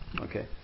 okay